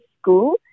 School